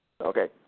Okay